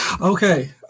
Okay